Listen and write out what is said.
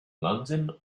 london